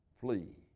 flee